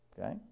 Okay